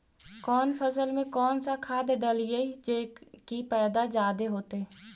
कौन फसल मे कौन सा खाध डलियय जे की पैदा जादे होतय?